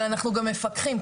אבל אנחנו גם מפקחים,